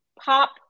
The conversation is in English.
POP